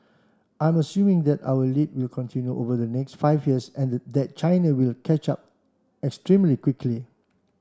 I'm assuming that our lead will continue over the next five years and that China will catch up extremely quickly